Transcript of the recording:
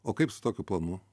o kaip su tokiu planu